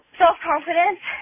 self-confidence